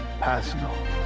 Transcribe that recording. personal